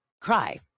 cry